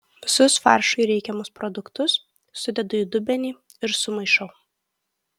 visus faršui reikiamus produktus sudedu į dubenį ir sumaišau